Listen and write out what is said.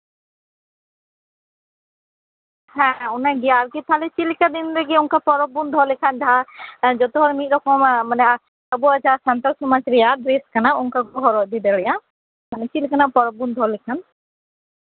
ᱦᱮᱸ ᱚᱱᱠᱟ ᱜᱮ ᱛᱟᱞᱦᱮ ᱪᱮᱫ ᱞᱮᱠᱟᱱ ᱫᱤᱱ ᱨᱮ ᱯᱚᱨᱚᱵ ᱵᱚᱱ ᱫᱚᱦᱚ ᱞᱮᱠᱷᱟᱱ ᱡᱟᱦᱟᱸ ᱢᱟᱱᱮ ᱡᱚᱛᱚ ᱦᱚᱲ ᱢᱤᱫ ᱛᱮᱵᱚᱱ ᱥᱚᱢᱚᱭᱚᱜᱼᱟ ᱢᱟᱱᱮ ᱟᱵᱚᱣᱟᱜ ᱡᱟᱦᱟᱸ ᱥᱟᱱᱛᱟᱞ ᱥᱚᱢᱟᱡ ᱨᱮᱭᱟᱜ ᱰᱨᱮᱥ ᱠᱟᱱᱟ ᱚᱱᱠᱟ ᱵᱚᱱ ᱦᱚᱨᱚᱜ ᱤᱫᱤ ᱫᱟᱲᱮᱭᱟᱜᱼᱟ ᱪᱮᱫᱞᱮᱠᱟᱱᱟᱜ ᱯᱚᱨᱚᱵ ᱵᱚᱱ ᱫᱚᱦᱚ ᱞᱮᱠᱷᱟᱱ